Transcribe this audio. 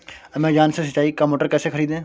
Amazon से सिंचाई का मोटर कैसे खरीदें?